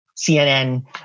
CNN